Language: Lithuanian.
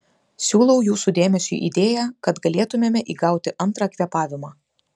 siūlau jūsų dėmesiui idėją kad galėtumėme įgauti antrą kvėpavimą